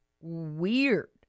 Weird